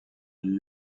lieu